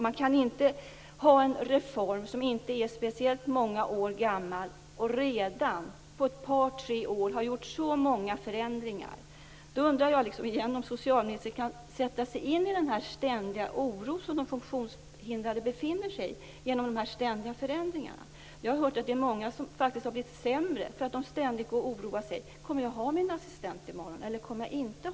Man kan inte ha en reform som inte är så många år gammal men som redan, efter ett par tre år, har utsatts för så många förändringar. Då undrar jag återigen om socialministern kan sätta sig in i den ständiga oro som de funktionshindrade lever med genom de ständiga förändringarna. Jag har hört att många har blivit sämre därför att de ständigt går och oroar sig: kommer jag att ha min assistent i morgon eller inte?